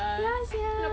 ya sia